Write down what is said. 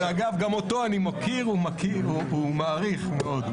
וגם אותו אני מוקיר ומכיר ומעריך מאוד.